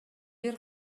бир